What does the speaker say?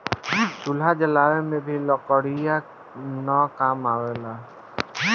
चूल्हा जलावे में भी लकड़ीये न काम आवेला